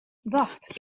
wacht